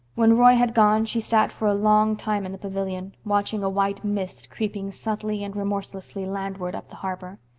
when roy had gone she sat for a long time in the pavilion, watching a white mist creeping subtly and remorselessly landward up the harbor.